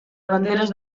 banderes